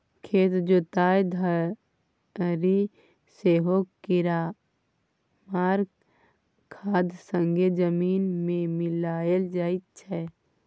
खेत जोतय घरी सेहो कीरामार खाद संगे जमीन मे मिलाएल जाइ छै